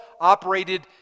operated